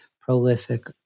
prolific